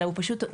האפשרי,